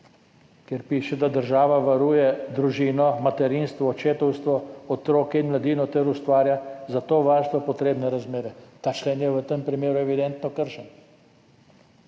kjer piše, da država varuje družino, materinstvo, očetovstvo, otroke in mladino ter ustvarja za to varstvo potrebne razmere. Ta člen je v tem primeru evidentno kršen.